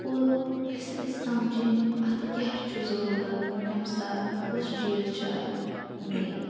کُل گٔژھِنۍ أسۍ سَمجِن اتھ کیاہ چھُ ضروٗرَت کمہِ ساتہٕ کُس چیٖز چھُ اتھ نیٖڈ